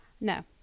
No